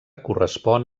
correspon